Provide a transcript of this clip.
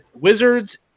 Wizards